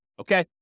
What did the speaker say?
Okay